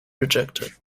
rejected